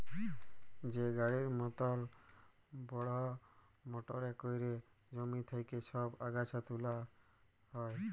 যে গাড়ির মতল বড়হ মটরে ক্যইরে জমি থ্যাইকে ছব আগাছা গুলা তুলা হ্যয়